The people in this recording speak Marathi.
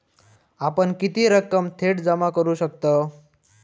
आपण किती रक्कम थेट जमा करू शकतव?